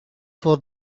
for